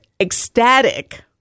ecstatic